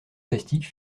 plastique